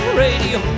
radio